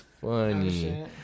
funny